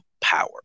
power